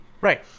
Right